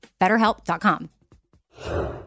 BetterHelp.com